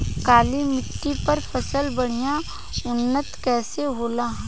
काली मिट्टी पर फसल बढ़िया उन्नत कैसे होला?